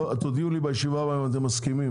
תודיעו לי בישיבה הבאה אם אתם מסכימים.